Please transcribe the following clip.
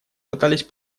пытались